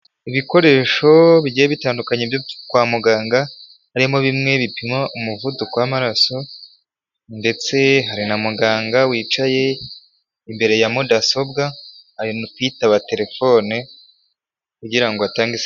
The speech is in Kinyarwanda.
Ibikoresho bigiye bitandukanye byo kwa muganga harimo bimwe bipima umuvuduko w'amaraso ndetse hari na muganga wicaye imbere ya mudasobwa, arimo kwitaba telefone kugira ngo atange ...